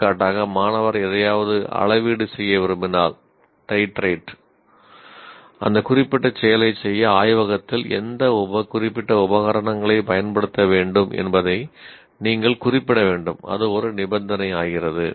எடுத்துக்காட்டாக மாணவர் எதையாவது அளவிடு செய்ய விரும்பினால் அந்த குறிப்பிட்ட செயலைச் செய்ய ஆய்வகத்தில் எந்த குறிப்பிட்ட உபகரணங்களைப் பயன்படுத்த வேண்டும் என்பதை நீங்கள் குறிப்பிட வேண்டும் அது ஒரு நிபந்தனையாகிறது